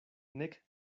nek